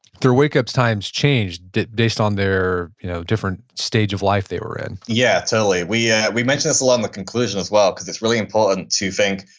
their wake up times changed based on their you know different stage of life they were in yeah, totally. we yeah we mentioned this a lot in the conclusion as well, because it's really important to think,